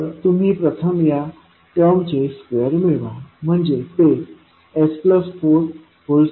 तर तुम्ही प्रथम या टर्म चे स्क्वेअर मिळवा म्हणजे ते s422असे होईल